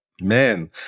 Man